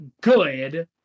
good